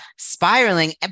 Spiraling